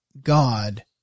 God